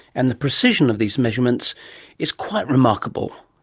and the precision of these measurements is quite remarkable.